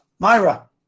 Myra